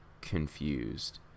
confused